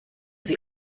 sie